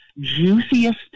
juiciest